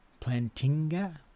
Plantinga